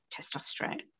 testosterone